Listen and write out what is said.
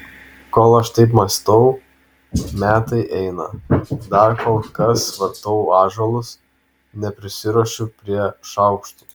kol aš taip mąstau metai eina dar kol kas vartau ąžuolus neprisiruošiu prie šaukštų